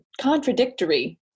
contradictory